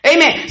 Amen